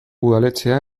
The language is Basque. udaletxea